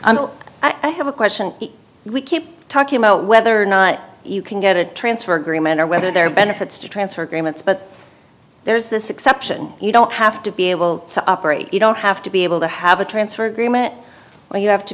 well i have a question we keep talking about whether or not you can get a transfer agreement or whether there are benefits to transfer agreements but there is this exception you don't have to be able to operate you don't have to be able to have a transfer agreement where you have to